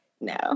no